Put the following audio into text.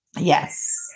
yes